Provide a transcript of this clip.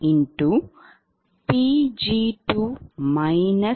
அதனால் PLoss0